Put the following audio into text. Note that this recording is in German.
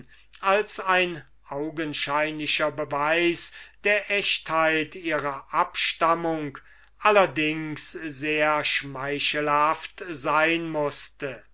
als ein augenscheinlicher beweis der echtheit ihrer abstammung allerdings sehr schmeichelhaft sein mußte